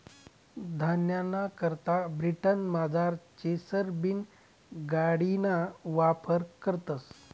धान्यना करता ब्रिटनमझार चेसर बीन गाडिना वापर करतस